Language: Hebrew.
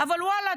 אבל וואלה,